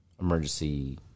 Emergency